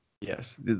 Yes